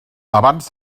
abans